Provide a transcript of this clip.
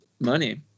money